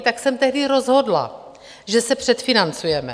Tak jsem tehdy rozhodla, že se předfinancujeme.